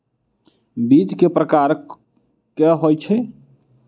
बीज केँ प्रकार कऽ होइ छै?